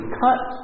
cut